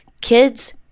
kids—